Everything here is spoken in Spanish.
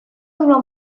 duró